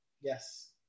yes